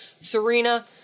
Serena